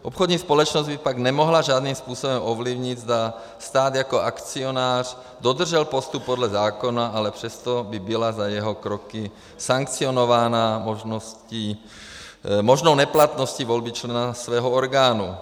Obchodní společnost by pak nemohla žádným způsobem ovlivnit, zda stát jako akcionář dodržel postup podle zákona, ale přesto by byla za jeho kroky sankcionována možnou neplatností volby člena svého orgánu.